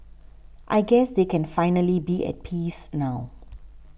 I guess they can finally be at peace now